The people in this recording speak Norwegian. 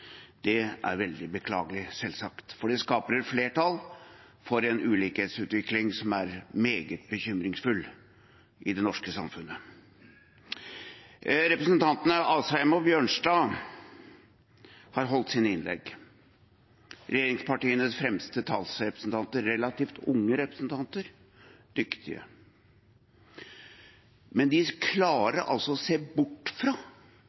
Det er veldig beklagelig, selvsagt, for det skaper et flertall for en ulikhetsutvikling i det norske samfunnet som er meget bekymringsfull. Representantene Asheim og Bjørnstad har holdt sine innlegg – regjeringspartienes fremste talsrepresentanter, relativt unge representanter, dyktige. Men de klarer å se bort fra